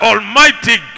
Almighty